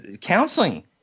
counseling